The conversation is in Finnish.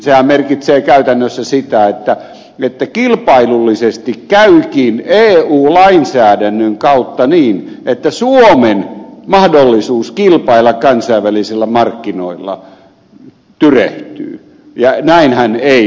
sehän merkitsee käytännössä sitä että kilpailullisesti käykin eu lainsäädännön kautta niin että suomen mahdollisuus kilpailla kansainvälisillä markkinoilla tyrehtyy ja näinhän ei voi olla